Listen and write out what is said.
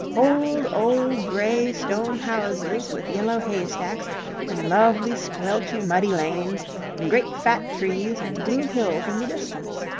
old, old grey stone houses with yellow haystacks and lovely squelchy muddy lanes and great fat trees and blue hills in the distance.